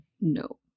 no